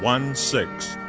one, six,